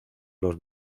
los